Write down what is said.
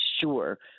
sure